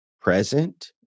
present